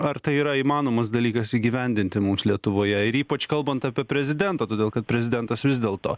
ar tai yra įmanomas dalykas įgyvendinti mums lietuvoje ir ypač kalbant apie prezidentą todėl kad prezidentas vis dėlto